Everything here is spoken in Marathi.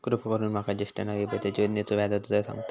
कृपा करून माका ज्येष्ठ नागरिक बचत योजनेचो व्याजचो दर सांगताल